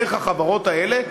דרך החברות האלה,